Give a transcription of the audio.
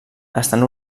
estan